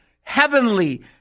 heavenly